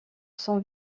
son